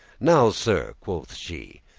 now, sir, quoth she,